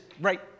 right